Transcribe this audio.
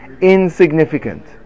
insignificant